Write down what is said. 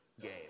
game